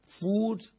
food